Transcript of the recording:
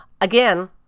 Again